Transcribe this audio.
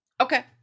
Okay